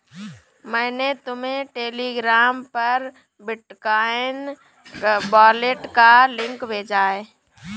मैंने तुम्हें टेलीग्राम पर बिटकॉइन वॉलेट का लिंक भेजा है